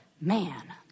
man